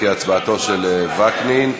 אז אנחנו נרשום שזו טעות ונספור את זה כהצבעתו של וקנין.